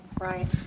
right